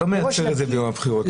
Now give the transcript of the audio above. לא מייצרים את זה ביום הבחירות.